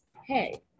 hey